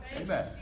Amen